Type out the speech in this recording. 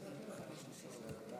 אדוני היושב-ראש, חבר הכנסת פטין מולא,